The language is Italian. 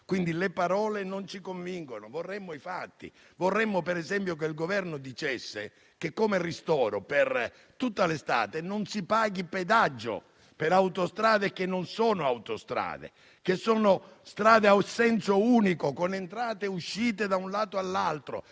stesso. Le parole non ci convincono. Vorremmo i fatti. Vorremmo, per esempio, che il Governo dicesse che, come ristoro, per tutta l'estate non si pagherà il pedaggio per autostrade che non sono autostrade ma strade a senso unico, con entrate e uscite da un lato all'altro,